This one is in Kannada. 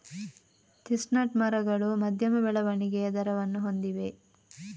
ಚೆಸ್ಟ್ನಟ್ ಮರಗಳು ಮಧ್ಯಮ ಬೆಳವಣಿಗೆಯ ದರವನ್ನು ಹೊಂದಿವೆ